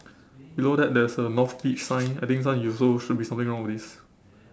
below that there is a north beach sign I think this one you also should be something wrong with this